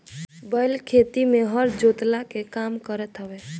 बैल खेती में हर जोतला के काम करत हवे